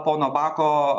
pono bako